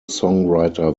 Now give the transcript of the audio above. songwriter